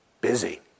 Busy